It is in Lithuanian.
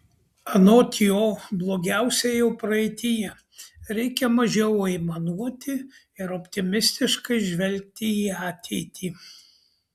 anot jo blogiausia jau praeityje reikia mažiau aimanuoti ir optimistiškai žvelgti į ateitį